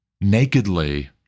nakedly